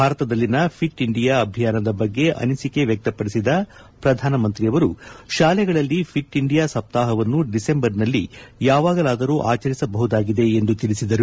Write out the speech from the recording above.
ಭಾರತದಲ್ಲಿನ fit India ಅಭಿಯಾನ ಬಗ್ಗೆ ಅನಿಸಿಕೆ ವ್ಯಕ್ತಪಡಿಸಿದ ಪ್ರಧಾನಿ ಶಾಲೆಗಳಲ್ಲಿ ಫಿಟ್ ಇಂಡಿಯಾ ಸಪ್ತಾಹವನ್ನು ದಿಸೆಂಬರ್ನಲ್ಲಿ ಯಾವಾಗಲಾದರೂ ಆಚರಿಸಬಹುದಾಗಿದೆ ಎಂದು ತಿಳಿಸಿದರು